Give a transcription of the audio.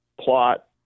plot